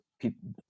people